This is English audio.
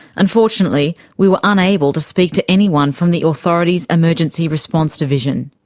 unfortunately we were unable to speak to anyone from the authority's emergency response division.